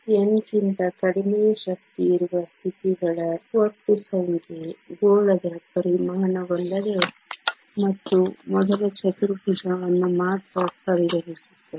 n ಕ್ಕಿಂತ ಕಡಿಮೆ ಶಕ್ತಿಯಿರುವ ಸ್ಥಿತಿಗಳ ಒಟ್ಟು ಸಂಖ್ಯೆ ಗೋಳದ ಪರಿಮಾಣವಲ್ಲದೆ ಮತ್ತು ಮೊದಲ ಚತುರ್ಭುಜವನ್ನು ಮಾತ್ರ ಪರಿಗಣಿಸುತ್ತದೆ